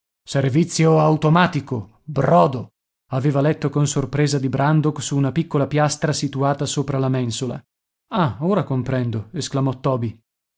servizio automatico brodo aveva letto con sorpresa di brandok su una piccola piastra situata sopra la mensola ah ora comprendo esclamò toby